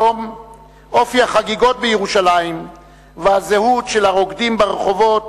היום אופי החגיגות בירושלים והזהות של הרוקדים ברחובות